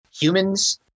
Humans